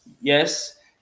Yes